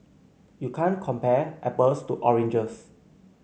you can't compare apples to oranges